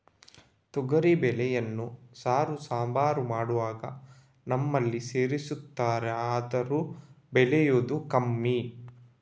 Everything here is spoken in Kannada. ತೊಗರಿ ಬೇಳೆಯನ್ನ ಸಾರು, ಸಾಂಬಾರು ಮಾಡುವಾಗ ನಮ್ಮಲ್ಲಿ ಸೇರಿಸ್ತಾರಾದ್ರೂ ಬೆಳೆಯುದು ಕಮ್ಮಿ